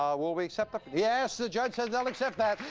um will we accept. yes, the judge said they'll accept that.